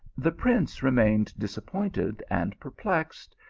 the prince remained disappointed and perplexed,